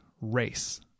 race